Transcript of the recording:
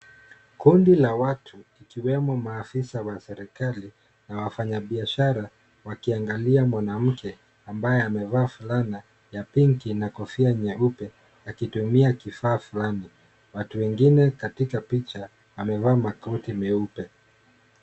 Kundi la watu ikiwemo maafisa wa serikali na wafanyabiashara wakiangalia mwanamke ambaye amevaa fulana ya pinki na kofia nyeupe akitumia kifaa fulani. Watu wengine katika picha amevaa makoti meupe.